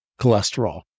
cholesterol